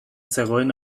zegoen